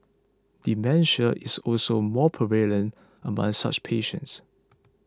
dementia is also more prevalent among such patients